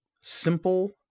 simple